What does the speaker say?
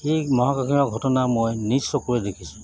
সেই মহাকাশৰ ঘটনা মই নিজ চকুৰে দেখিছোঁ